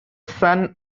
son